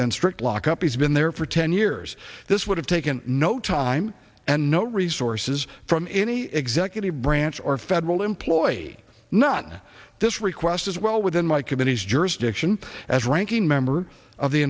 strict lock up he's been there for ten years this would have taken no time and no resources from any executive branch or federal employee not this request is well within my committee's jurisdiction as ranking member of the